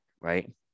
right